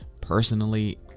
personally